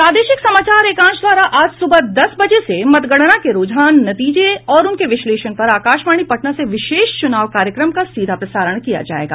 प्रादेशिक समाचार एकांश द्वारा आज सुबह दस बजे से मतगणना के रूझान नतीजे और उनके विश्लेषण पर आकाशवाणी पटना से विशेष चुनाव कार्यक्रम का सीधा प्रसारण किया जायेगा